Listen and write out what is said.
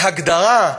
בהגדרה,